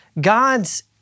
God's